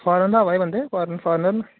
foreign दा आवा दे बंदे फारनर न